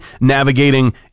navigating